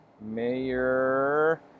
Mayor